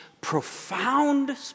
profound